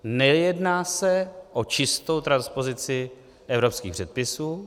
Nejedná se o čistou transpozici evropských předpisů.